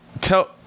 tell